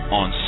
on